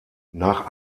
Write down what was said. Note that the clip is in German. nach